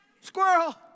Squirrel